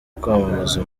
kwamamaza